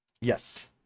Yes